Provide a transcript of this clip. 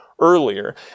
earlier